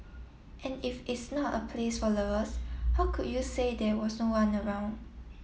and if it's not a place for lovers how could you say there was no one around